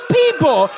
people